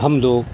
ہم لوگ